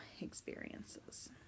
experiences